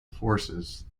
forces